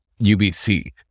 UBC